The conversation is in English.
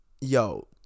yo